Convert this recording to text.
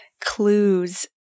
clues